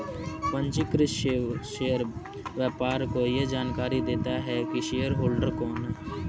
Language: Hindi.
पंजीकृत शेयर व्यापार को यह जानकरी देता है की शेयरहोल्डर कौन है